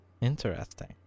Interesting